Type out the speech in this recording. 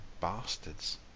bastards